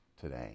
today